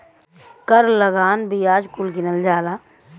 कर लगान बियाज कुल गिनल जाला